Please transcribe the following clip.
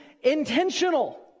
intentional